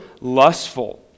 lustful